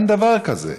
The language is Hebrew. אין דבר כזה.